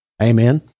Amen